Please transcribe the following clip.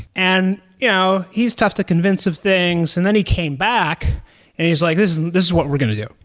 and yeah he's tough to convince of things and then he came back and he's like, this is what we're going to do.